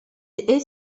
est